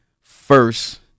first